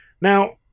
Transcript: Now